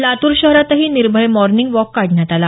लातूर शहरातही निर्भय morning walk काढण्यात आला